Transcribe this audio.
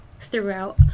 throughout